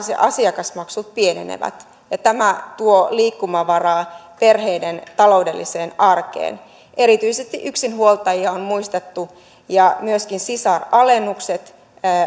asiakasmaksut pienenevät tämä tuo liikkumavaraa perheiden taloudelliseen arkeen erityisesti yksinhuoltajia on muistettu ja myöskin sisaralennukset